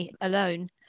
alone